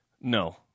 No